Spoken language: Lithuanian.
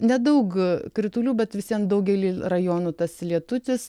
nedaug kritulių bet vis vien daugely rajonų tas lietutis